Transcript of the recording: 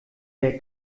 der